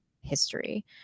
history